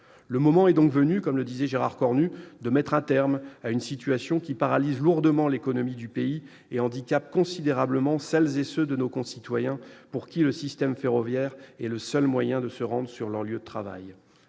Le moment est donc venu, Gérard Cornu le disait, de mettre un terme à une situation qui paralyse l'économie du pays et handicape considérablement celles et ceux de nos concitoyens pour qui le train est le seul moyen de se rendre sur leur lieu de travail.